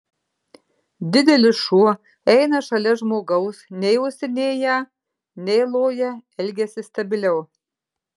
didelis šuo eina šalia žmogaus nei uostinėją nei loja elgiasi stabiliau